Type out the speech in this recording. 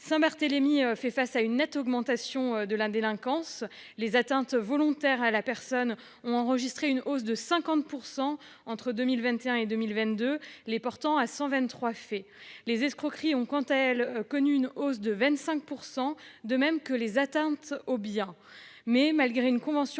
Saint-Barthélemy fait face à une nette augmentation de la délinquance. Les atteintes volontaires à l'intégrité de la personne ont connu une hausse de 50 % entre 2021 et 2022, les portant à 123 faits. Les escroqueries ont, quant à elles, connu une hausse de 25 %, de même que les atteintes aux biens. Pour autant, malgré une convention